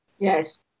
Yes